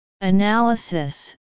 Analysis